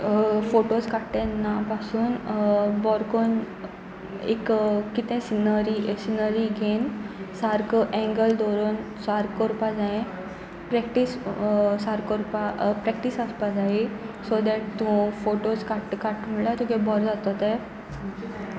photos काडटाना पासून बरे करून एक कितें सिनरी सिनरी घेवन सारको एंगल दवरन सार करपा जाय प्रॅक्टीस सार करपा प्रॅक्टीस आसपा जाय सो दॅट तूं फोटोज काट काडटा म्हणल्यार तुगे बरो जाता ते